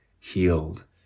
healed